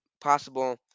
possible